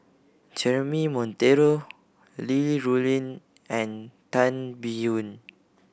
Jeremy Monteiro Li Rulin and Tan Biyun